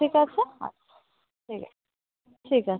ঠিক আছে আচ্ছা ঠিক আছে ঠিক আছে